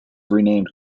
renamed